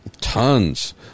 tons